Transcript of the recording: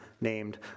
named